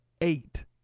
eight